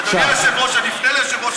אדוני היושב-ראש, אני אפנה ליושב-ראש